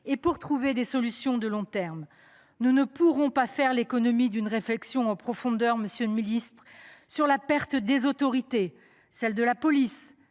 et pour trouver des solutions de long terme. Nous ne pourrons pas faire l’économie d’une réflexion en profondeur, monsieur le ministre, sur la perte des autorités, qu’il s’agisse de la police,